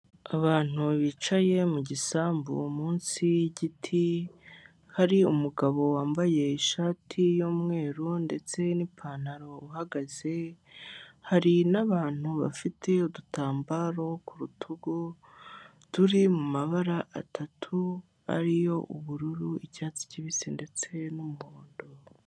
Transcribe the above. Abantu bicaye mu gisambu munsi y'igiti hari umugabo wambaye ishati y'umweru ndetse n'ipantaro uhagaze hari n'abantu bafite udutambaro ku rutugu turi mu mabara atatu ariyo ubururu, icyatsi kibisi ndetse n'umuhondo.